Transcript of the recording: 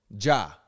Ja